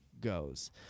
goes